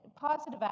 positive